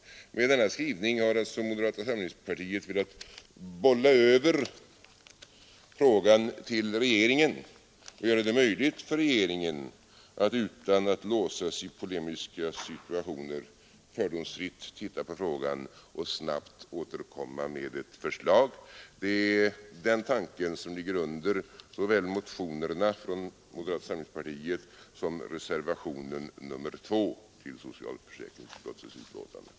Med denna skrivning har alltså moderata samlingspartiet velat bolla över frågan till regeringen och göra det möjligt för den att utan att låsa sig i polemiska situationer fördomsfritt titta på saken och snabbt återkomma med ett förslag. Det är den tanken som ligger under såväl motionerna från moderata samlingspartiet som reservationen nr 2 till socialförsäkringsutskottets betänkande.